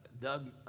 Doug